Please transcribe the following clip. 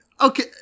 Okay